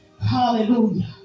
Hallelujah